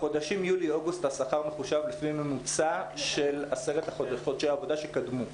בחודשים יולי ואוגוסט השכר מחושב לפי ממוצע של 10 חודשי עבודה שקדמו.